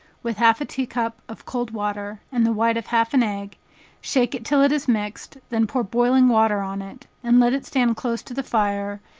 with half a tea-cup of cold water, and the white of half an egg shake it till it is mixed, then pour boiling water on it, and let it stand close to the fire,